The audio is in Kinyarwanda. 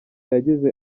yagize